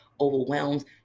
overwhelmed